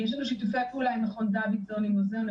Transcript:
יש לנו שיתופי פעולה עם מכון דוידסון --- אני